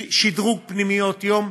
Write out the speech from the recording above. שדרוג פנימיות יום,